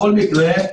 בכל מקרה,